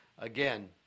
Again